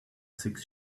six